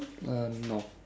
uh no